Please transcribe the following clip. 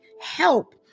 help